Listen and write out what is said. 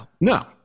No